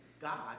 God